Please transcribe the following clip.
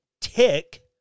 tick